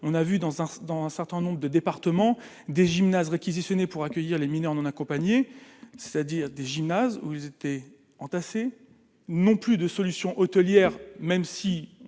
dans un dans un certain nombre de départements, des gymnases réquisitionnés pour accueillir les mineurs non accompagnés, c'est-à-dire des gymnases où ils étaient entassés non plus de solution hôtelière, même si